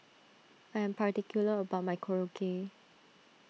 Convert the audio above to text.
I am particular about my Korokke